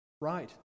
Right